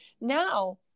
Now